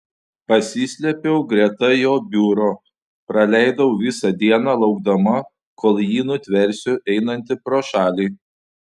pasislėpiau greta jo biuro praleidau visą dieną laukdama kol jį nutversiu einantį pro šalį